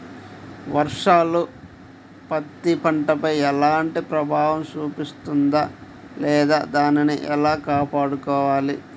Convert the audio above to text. వర్షాలు పత్తి పంటపై ఎలాంటి ప్రభావం చూపిస్తుంద లేదా దానిని ఎలా కాపాడుకోవాలి?